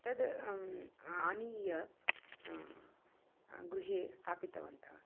तद् आनीय गृहे स्थापितवन्तः